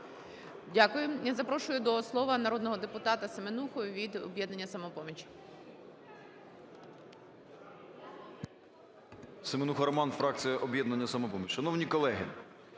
Дякуємо. Я запрошую до слова народного депутату Семенуху від "Об'єднання "Самопоміч".